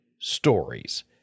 stories